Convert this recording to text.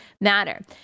matter